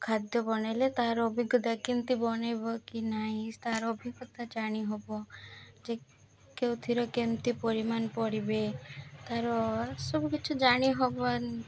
ଖାଦ୍ୟ ବନେଇଲେ ତାର ଅଭିଜ୍ଞତା କେମିତି ବନେଇବ କି ନାଇଁ ତାର ଅଭିଜ୍ଞତା ଜାଣିହବ ଯେ କେଉଁଥିର କେମିତି ପରିମାଣ ପଡ଼ିବେ ତାର ସବୁକିଛି ଜାଣିହବ